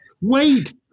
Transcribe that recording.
Wait